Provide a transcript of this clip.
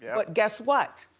yeah but guess what?